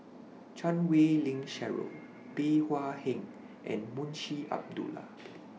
Chan Wei Ling Cheryl Bey Hua Heng and Munshi Abdullah